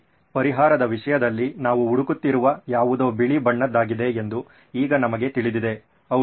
ಸರಿ ಪರಿಹಾರದ ವಿಷಯದಲ್ಲಿ ನಾವು ಹುಡುಕುತ್ತಿರುವ ಯಾವುದೋ ಬಿಳಿ ಬಣ್ಣದ್ದಾಗಿದೆ ಎಂದು ಈಗ ನಮಗೆ ತಿಳಿದಿದೆ